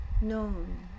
known